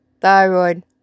Thyroid